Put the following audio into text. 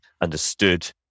understood